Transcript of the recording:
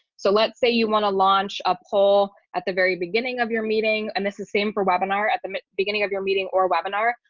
so let's say you want to launch a poll at the very beginning of your meeting. and this is same for webinar at the beginning of your meeting or webinar,